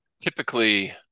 typically